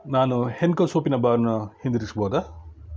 ನಾನು ಹೆನ್ಕೋ ಸೋಪಿನ ಬಾರನ್ನ ಹಿಂದಿರುಗಿಸ್ಬಹುದಾ